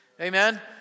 amen